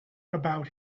about